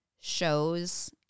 shows